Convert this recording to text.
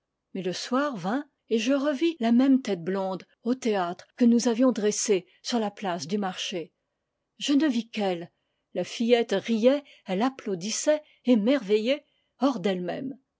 mais le soir vint et je revis la même tête blonde au théâtre que nous avions dressé sur la place du marché je ne vis qu'elle la fillette riait elle applaudissait émerveillée hors d'elle-même